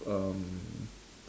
um